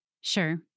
Sure